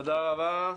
תודה רבה.